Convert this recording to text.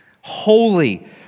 Holy